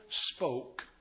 spoke